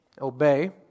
Obey